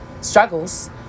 struggles